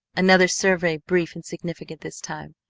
another survey brief and significant this time.